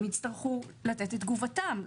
הם יצטרכו לתת את תגובתם.